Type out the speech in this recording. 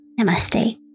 Namaste